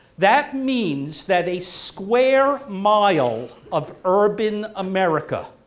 that means that a square mile of urban america,